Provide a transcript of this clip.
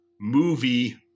movie